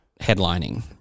headlining